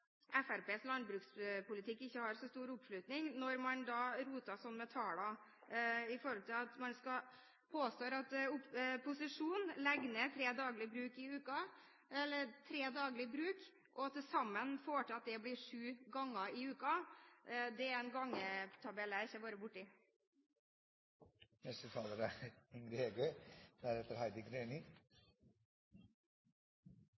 Fremskrittspartiets landbrukspolitikk ikke har så stor oppslutning når man roter sånn med tallene. Man påstår at posisjonen legger ned tre bruk daglig og får det til at det til sammen blir sju ganger i uken. Det er en gangetabell jeg ikke har vært borti